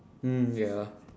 mm ya